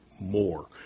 more